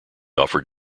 offered